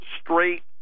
straight